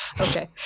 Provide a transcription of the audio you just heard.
Okay